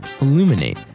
illuminate